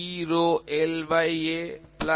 L 1A2